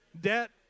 debt